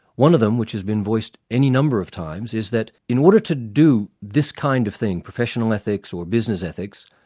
one of them, which has been voiced any number of times, is that in order to do this kind of thing, professional ethics or business ethics,